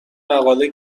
مقاله